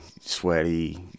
sweaty